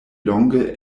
longe